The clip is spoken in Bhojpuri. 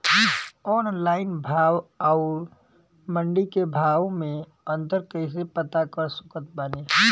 ऑनलाइन भाव आउर मंडी के भाव मे अंतर कैसे पता कर सकत बानी?